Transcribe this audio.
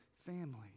family